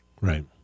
Right